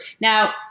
Now